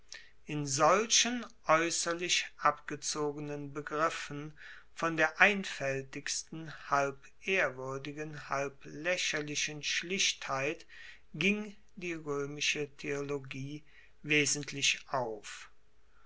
in solchen aeusserlich abgezogenen begriffen von der einfaeltigsten halb ehrwuerdigen halb laecherlichen schlichtheit ging die roemische theologie wesentlich auf